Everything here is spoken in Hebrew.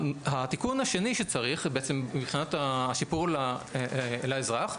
התיקון השני שצריך מבחינת השיפור לאזרח,